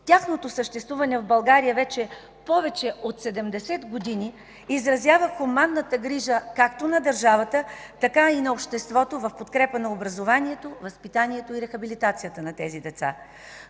Тяхното съществуване в България повече от 70 години изразява хуманната грижа както на държавата, така и на обществото в подкрепа на образованието, възпитанието и рехабилитацията на тези деца.